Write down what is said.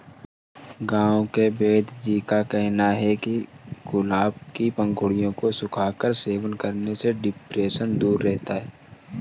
गांव के वेदजी का कहना है कि गुलाब के पंखुड़ियों को सुखाकर सेवन करने से डिप्रेशन दूर रहता है